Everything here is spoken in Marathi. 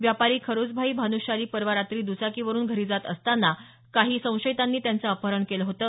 व्यापारी खेराजभाई भानुशाली परवा रात्री द्चाकीवरून घरी जात असताना काही संशयितांनी त्यांचं अपहरण केलं होतं